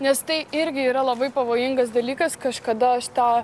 nes tai irgi yra labai pavojingas dalykas kažkada aš tą